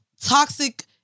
toxic